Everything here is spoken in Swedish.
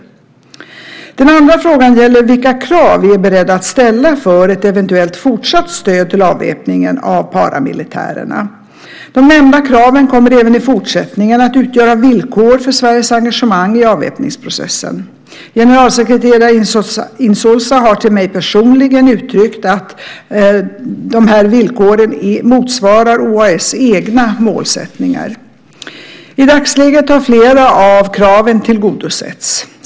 Den andra frågan gäller vilka krav vi är beredda att ställa för ett eventuellt fortsatt stöd till avväpningen av paramilitärerna. De nämnda kraven kommer även i fortsättningen att utgöra villkor för Sveriges engagemang i avväpningsprocessen. Generalsekreterare Insulza har till mig personligen uttryckt att dessa villkor motsvarar OAS egna målsättningar. I dagsläget har flera av kraven tillgodosetts.